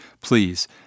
Please